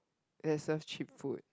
that serves cheap food